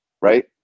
right